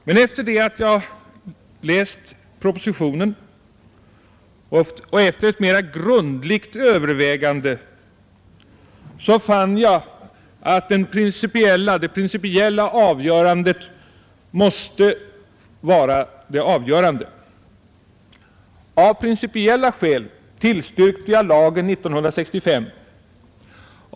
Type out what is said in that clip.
Men efter det att jag läst propositionen och efter ett mera grundligt övervägande fann jag att det principiella måste vara avgörande. Av principiella skäl tillstyrkte jag lagen 1965.